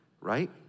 Right